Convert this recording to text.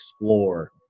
explore